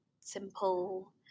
simple